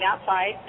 outside